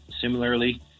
similarly